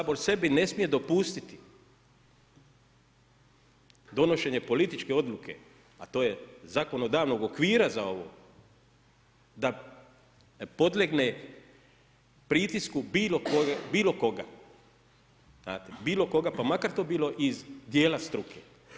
Sabor sebi ne smije dopustiti donošenje političke odluke a to je zakonodavnog okvira za ovo da podlegne pritisku bilo koga, znate, bilo koga pa makar to bilo iz dijela struke.